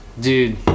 dude